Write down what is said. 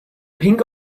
pink